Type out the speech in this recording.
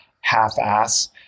half-ass